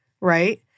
right